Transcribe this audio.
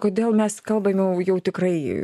kodėl mes kalbam jau jau tikrai